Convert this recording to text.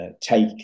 take